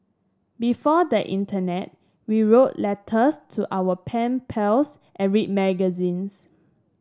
before the internet we wrote letters to our pen pals and read magazines